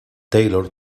taylor